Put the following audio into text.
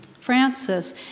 Francis